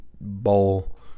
bowl